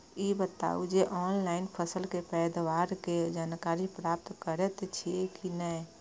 ई बताउ जे ऑनलाइन फसल के पैदावार के जानकारी प्राप्त करेत छिए की नेय?